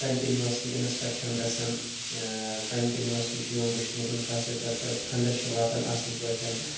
continuously inspection گَژھان continuously چھُ یِوان وٕچھنہٕ اِنفراسٹرکچَر پھَنڈٕس چھِ واتان اصل پٲٹھۍ